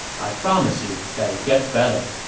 i promise you that it gets better